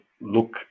look